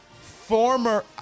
Former